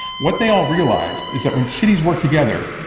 what they all realize is that when cities work together,